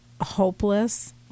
hopeless